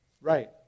Right